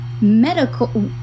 medical